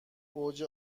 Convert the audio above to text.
اوج